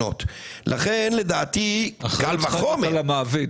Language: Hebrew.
זה דיון שאפשר לעשות גם באופן כללי.